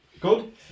Good